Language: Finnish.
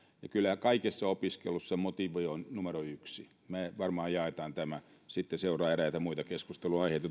ja kyllähän kaikessa opiskelussa motiivi on numero yksi me varmaan jaamme tämän sitten seuraa eräitä muita keskustelunaiheita